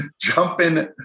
jumping